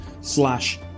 slash